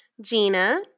Gina